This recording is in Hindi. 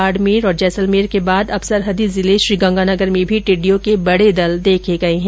बाडमेर जैसलमेर के बाद अब सरहदी जिले श्रीगंगानगर में भी टिड़िडयों के बंडे दल देखे गये है